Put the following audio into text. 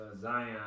Zion